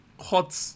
hot